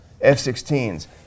F-16s